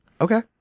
Okay